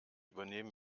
übernehmen